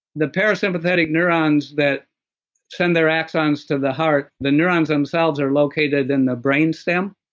the parasympathetic neurons that send their axons to the heart, the neurons themselves are located in the brainstem